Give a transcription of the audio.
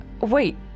Wait